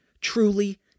truly